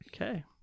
Okay